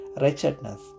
wretchedness